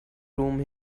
room